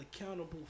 accountable